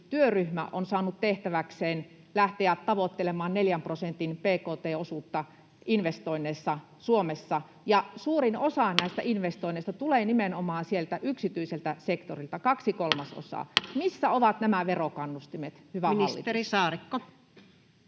tki-työryhmä on saanut tehtäväkseen lähteä tavoittelemaan 4 prosentin bkt-osuutta investoinneissa Suomessa. Suurin osa näistä investoinneista tulee nimenomaan sieltä yksityiseltä sektorilta, kaksi kolmasosaa. Missä ovat nämä verokannustimet, hyvä hallitus?